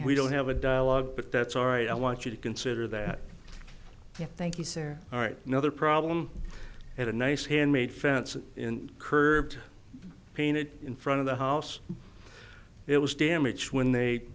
we don't have a dialogue but that's all right i want you to consider that thank you sir all right another problem at a nice handmade fence in curved painted in front of the house it was damaged when they